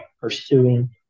pursuing